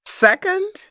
Second